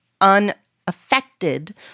unaffected